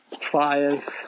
fires